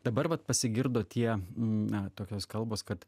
dabar vat pasigirdo tie na tokios kalbos kad